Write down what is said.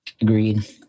agreed